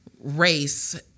race